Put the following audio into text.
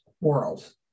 world